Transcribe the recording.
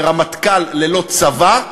ורמטכ"ל ללא צבא,